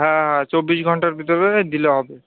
হ্যাঁ হ্যাঁ চব্বিশ ঘন্টার ভিতরে দিলে হবে